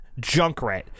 Junkrat